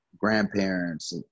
grandparents